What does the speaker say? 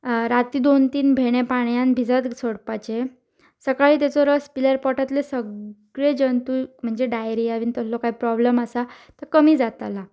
राती दोन तीन भेंडे पाणयन भिजात सोडपाचे सकाळीं तेचो रस पिल्यार पोटांतले सगळे जंतू म्हणजे डायरिया बीन तसलो काय प्रोब्लम आसा तो कमी जाताला